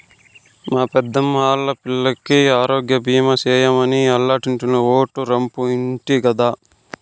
మా పెద్దమ్మా ఆల్లా పిల్లికి ఆరోగ్యబీమా సేయమని ఆల్లింటాయినో ఓటే రంపు ఇంటి గదా